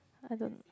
I don't